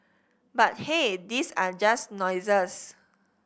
but hey these are just noises